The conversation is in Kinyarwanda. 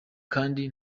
kandi